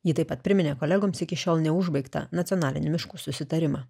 ji taip pat priminė kolegoms iki šiol neužbaigtą nacionalinių miškų susitarimą